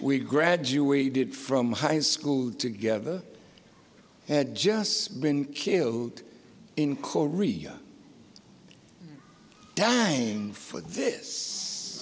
we graduated from high school together had just been killed in korea for this